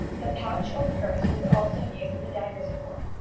the pouch or purse was also used as a dagger support.